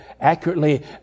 accurately